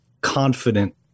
confident